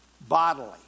bodily